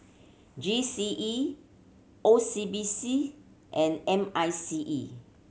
G C E O C B C and M I C E